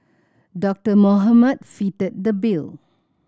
Doctor Mohamed fitted the bill